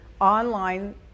online